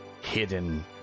hidden